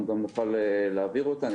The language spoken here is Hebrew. אנחנו גם נוכל להעביר אותה.